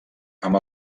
amb